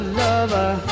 lover